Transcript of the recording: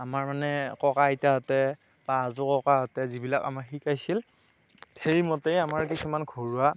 আমাৰ মানে ককা আইতাহঁতে বা আজোককাহঁতে যিবিলাক আমাক শিকাইছিল সেইমতেই আমাৰ কিছুমান ঘৰুৱা